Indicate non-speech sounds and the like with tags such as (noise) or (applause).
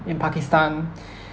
in pakistan (breath)